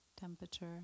temperature